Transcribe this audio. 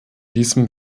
diesem